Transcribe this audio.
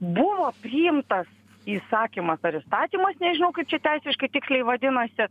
buvo priimtas įsakymas ar įstatymas nežinau kaip čia teisiškai tiksliai vadinasi